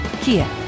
Kia